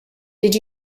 did